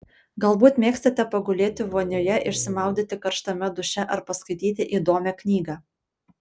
galbūt mėgstate pagulėti vonioje išsimaudyti karštame duše ar paskaityti įdomią knygą